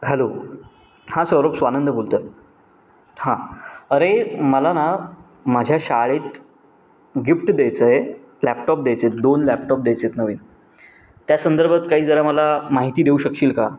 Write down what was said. hello हां सौरभ स्वानंद बोलतो आहे हां अरे मला ना माझ्या शाळेत गिफ्ट द्यायचं आहे लॅपटॉप द्यायचेत दोन लॅपटॉप द्यायचेत नवीन त्या संदर्भात काही जरा मला माहिती देऊ शकशील का